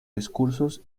discursos